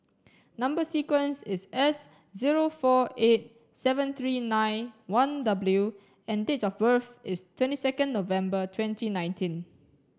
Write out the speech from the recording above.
number sequence is S zero four eight seven three nine one W and date of birth is twenty second November twenty nineteen